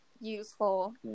useful